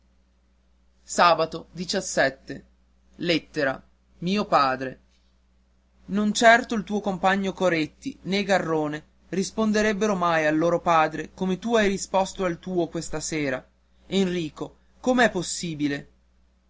fatica mio padre ao on certo il tuo compagno coretti né garrone risponderebbero mai al loro padre come tu hai risposto al tuo questa sera enrico come è possibile